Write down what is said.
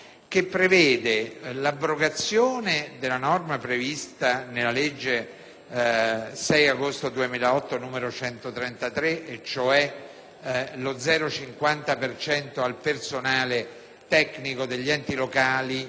che prevede l'abrogazione della norma prevista nella legge 6 agosto 2008, n. 133, cioè lo 0,50 per cento al personale tecnico degli enti locali